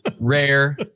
Rare